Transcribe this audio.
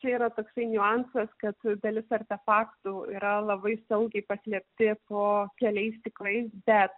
čia yra toksai niuansas kad dalis artefaktų yra labai saugiai paslėpti po keliais stiklais bet